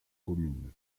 commune